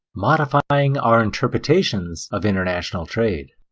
modifying our interpretations of international trade.